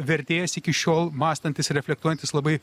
vertėjas iki šiol mąstantys reflektuojantys labai